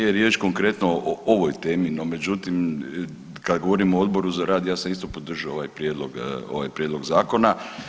Nije riječ konkretno o ovoj temi, no međutim kad govorimo o Odboru za rad, ja sam isto podržao ovaj prijedlog Zakona.